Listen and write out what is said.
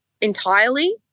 entirely